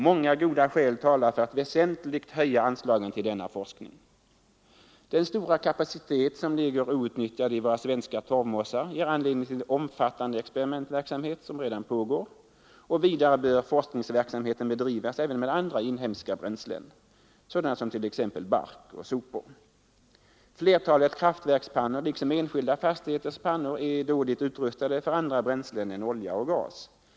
Många goda skäl talar för att väsentligt höja anslagen till denna forskning. Den stora kapacitet som ligger outnyttjad i våra svenska torvmossar ger anledning till omfattande experimentverksamhet, som redan pågår, och vidare bör forskningsverksamhet bedrivas även med andra inhemska bränslen, t.ex. bark och sopor. Flertalet kraftverkspannor liksom enskilda fastigheters pannor är dåligt utrustade för andra bränslen än olja och gas.